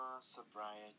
sobriety